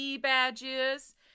badges